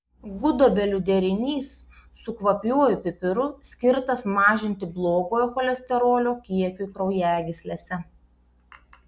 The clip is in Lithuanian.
gudobelių derinys su kvapiuoju pipiru skirtas mažinti blogojo cholesterolio kiekiui kraujagyslėse